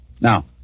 Now